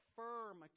firm